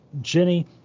Jenny